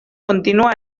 contínua